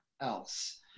else